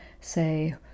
say